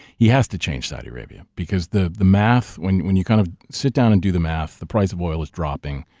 he has to change saudi arabia because the the math, when when you kind of sit down and do the math, the price of oil is dropping.